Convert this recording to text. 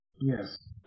Yes